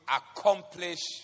accomplish